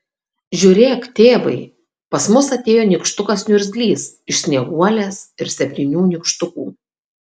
žiūrėk tėvai pas mus atėjo nykštukas niurzglys iš snieguolės ir septynių nykštukų